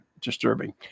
disturbing